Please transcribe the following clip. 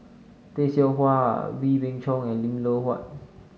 Tay Seow Huah Wee Beng Chong and Lim Loh Huat